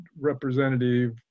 representative